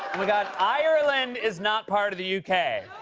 oh, my god. ireland is not part of the u k.